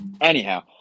Anyhow